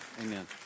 Amen